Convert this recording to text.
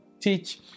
teach